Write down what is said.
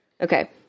Okay